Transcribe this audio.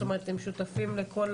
זאת אומרת, הם שותפים לכל?